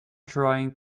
trying